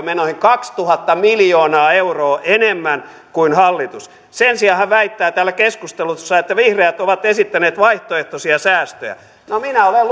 menoihin kaksituhatta miljoonaa euroa enemmän kuin hallitus sen sijaan hän väittää täällä keskustelussa että vihreät ovat esittäneet vaihtoehtoisia säästöjä no minä olen